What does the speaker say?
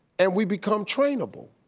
and we become trainable.